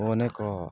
ଓ ଅନେକ